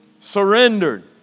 Surrendered